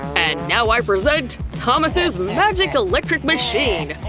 and now i present, thomas's magic electric machine!